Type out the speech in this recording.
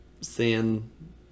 seeing